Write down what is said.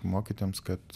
mokytojams kad